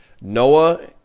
Noah